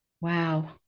Wow